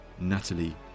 Natalie